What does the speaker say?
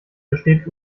besteht